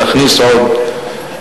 להכניס עוד,